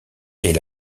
est